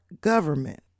government